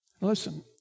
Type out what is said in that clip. Listen